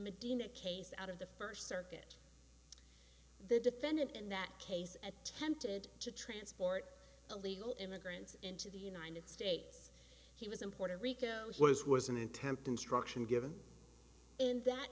medina case out of the first circuit the defendant in that case at tempted to transport illegal immigrants into the united states he was in puerto rico which was was an attempt instruction given in that